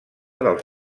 dels